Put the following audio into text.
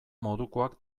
modukoak